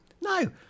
No